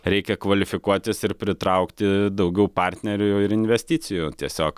reikia kvalifikuotis ir pritraukti daugiau partnerių ir investicijų tiesiog